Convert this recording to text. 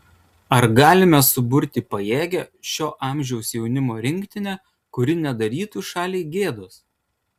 ar galime suburti pajėgią šio amžiaus jaunimo rinktinę kuri nedarytų šaliai gėdos